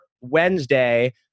Wednesday